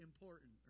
important